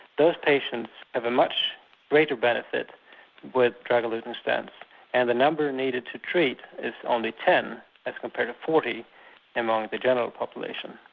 those patients have a much greater benefit with drug-eluting stents and the number needed to treat is only ten as compared to forty among the general population.